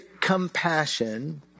compassion